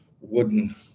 wooden